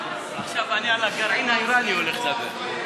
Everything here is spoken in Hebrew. עכשיו אני על הגרעין האיראני הולך לדבר.